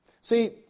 See